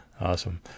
Awesome